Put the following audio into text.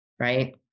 Right